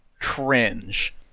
Cringe